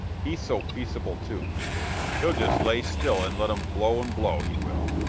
he's so peaceable, too, he is he'll just lay still and let em blow and blow, he will.